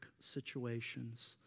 situations